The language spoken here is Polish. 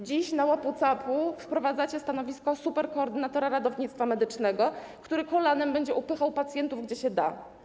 Dziś na łapu-capu wprowadzacie stanowisko superkoordynatora ratownictwa medycznego, który kolanem będzie upychał pacjentów, gdzie się da.